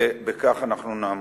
ובכך אנחנו נעמוד.